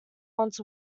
want